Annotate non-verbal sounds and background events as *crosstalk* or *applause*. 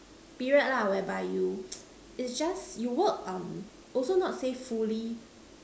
period lah whereby you *noise* it just you work um also not say fully